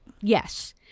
yes